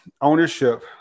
ownership